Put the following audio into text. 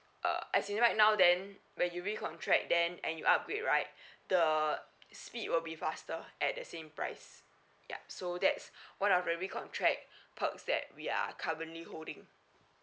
uh as in right now then when you recontract then and you upgrade right the speed will be faster at the same price yup so that's one of the recontract perks that we are currently holding